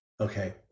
okay